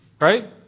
Right